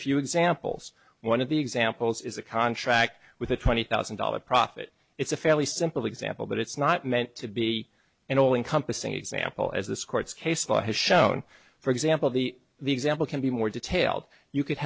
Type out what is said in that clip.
a few examples one of the examples is a contract with a twenty thousand dollars profit it's a fairly simple example but it's not meant to be an all encompassing example as this court's case law has shown for example the the example can be more detailed you could